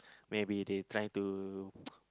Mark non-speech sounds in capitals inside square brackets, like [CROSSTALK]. maybe they trying to [NOISE]